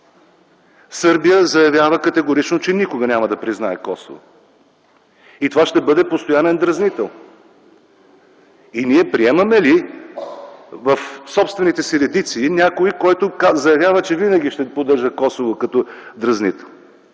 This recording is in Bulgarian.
Сърбия заявява категорично, че никога няма да признае Косово. И това ще бъде постоянен дразнител. Ние приемаме ли в собствените си редици някой, който заявява, че винаги ще поддържа Косово като дразнител?